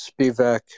Spivak